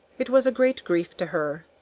it was a great grief to her.